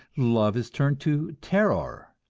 love is turned to terror,